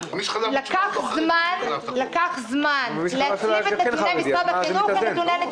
למה זכאי ולמה לא